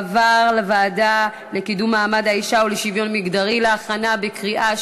לוועדה לקידום מעמד האישה ולשוויון מגדרי נתקבלה.